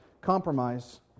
compromise